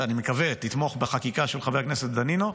ואני מקווה שתתמוך בחקיקה של חבר הכנסת דנינו.